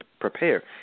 prepare